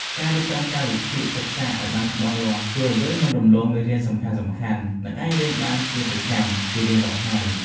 ការរៀបចំកាលវិភាគសិក្សាឱ្យបានច្បាស់លាស់ជួយឱ្យយើងមិនរំលងមេរៀនសំខាន់ៗ និងអាចរៀនបានជាប្រចាំជារៀងរាល់ថ្ងៃ។